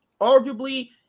Arguably